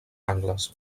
angles